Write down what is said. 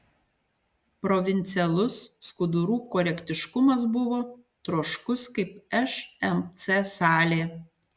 provincialus skudurų korektiškumas buvo troškus kaip šmc salė